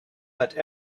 but